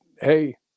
hey